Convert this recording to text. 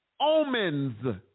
omens